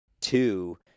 two